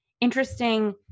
interesting